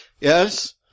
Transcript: Yes